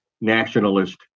Nationalist